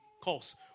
calls